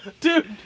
Dude